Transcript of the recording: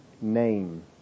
name